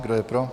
Kdo je pro?